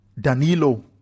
danilo